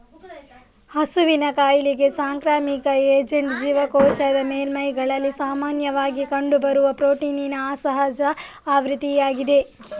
ಹಸುವಿನ ಕಾಯಿಲೆಗೆ ಸಾಂಕ್ರಾಮಿಕ ಏಜೆಂಟ್ ಜೀವಕೋಶದ ಮೇಲ್ಮೈಗಳಲ್ಲಿ ಸಾಮಾನ್ಯವಾಗಿ ಕಂಡುಬರುವ ಪ್ರೋಟೀನಿನ ಅಸಹಜ ಆವೃತ್ತಿಯಾಗಿದೆ